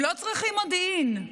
הם לא צריכים מודיעין,